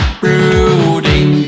brooding